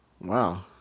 wow